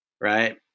right